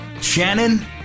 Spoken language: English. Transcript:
shannon